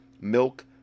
milk